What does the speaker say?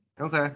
Okay